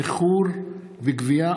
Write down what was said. איחור בגבייה),